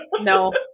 no